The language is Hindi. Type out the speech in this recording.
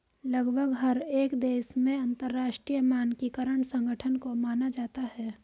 लगभग हर एक देश में अंतरराष्ट्रीय मानकीकरण संगठन को माना जाता है